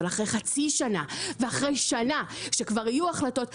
אבל אחרי חצי שנה ואחרי שנה שכבר יהיו החלטות,